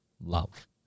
love